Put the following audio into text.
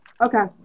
Okay